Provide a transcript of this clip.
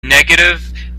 negative